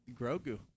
Grogu